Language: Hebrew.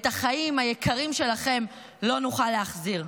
את החיים היקרים שלכם לא נוכל להחזיר.